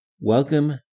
welcome